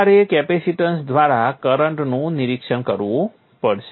તમારે કેપેસિટેન્સ દ્વારા કરંટનું નિરીક્ષણ કરવું પડશે